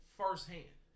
firsthand